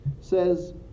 Says